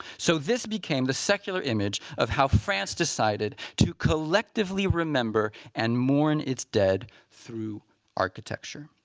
so this became the secular image of how france decided to collectively remember and mourn its dead through architecture.